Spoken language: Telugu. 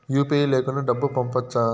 యు.పి.ఐ లేకుండా డబ్బు పంపొచ్చా